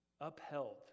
upheld